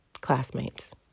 classmates